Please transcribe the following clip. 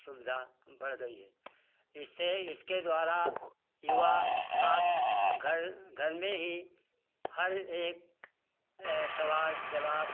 सुविधा बढ़ गई है इससे इसके द्वारा युवा छात्र घर घर में ही हर एक सवाल जवाब